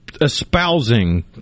espousing